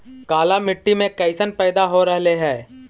काला मिट्टी मे कैसन पैदा हो रहले है?